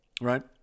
right